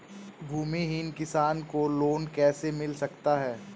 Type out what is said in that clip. भूमिहीन किसान को लोन कैसे मिल सकता है?